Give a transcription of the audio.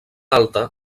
alta